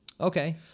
Okay